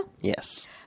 Yes